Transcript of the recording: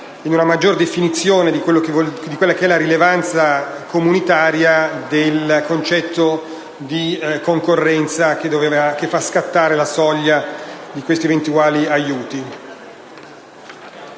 in una maggiore definizione di quella che è la rilevanza comunitaria del concetto di concorrenza, che fa scattare la soglia di questi eventuali aiuti.